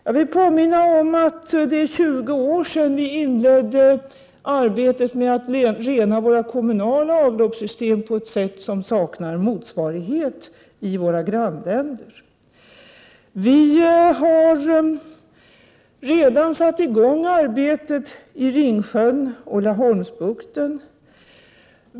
Jag vill påminna om att det är 20 år sedan vi inledde arbetet med att rena våra kommunala avloppssystem på ett sätt som saknar motsvarighet i våra grannländer. Vi har redan satt i gång arbetet i Ringsjön och Laholmsbukten.